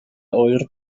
ŵyr